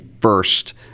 first